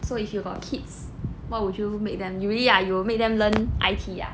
so if you got kids what would you make them you really ah you will make them learn I_T ah